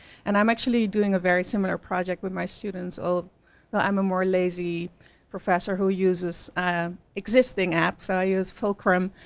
and i'm actually doing a very similar project with my students. um you know i'm a more lazy professor who uses existing app, so i use fulcrum,